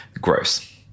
Gross